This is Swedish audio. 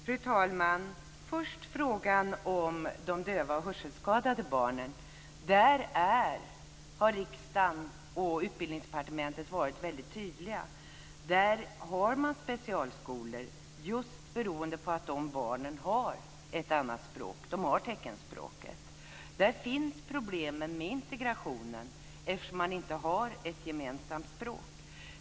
Fru talman! Först tar jag frågan om de döva och hörselskadade barnen. Riksdagen och Utbildningsdepartementet har varit väldigt tydliga där - man har specialskolor just beroende på att de barnen har ett annat språk, nämligen teckenspråket. Där finns problemen med integrationen eftersom man inte har ett gemensamt språk.